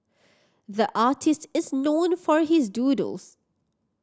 the artist is known for his doodles